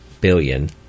billion